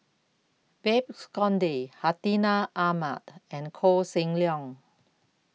Babes Conde Hartinah Ahmad and Koh Seng Leong